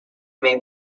may